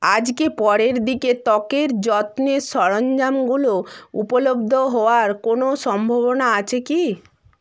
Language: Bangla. আজকে পরের দিকে ত্বকের যত্নের সরঞ্জামগুলো উপলব্ধ হওয়ার কোনও সম্ভাবনা আছে কি